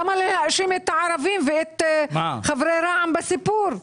למה להאשים את הערבים ואת חברי רע"מ סיפור?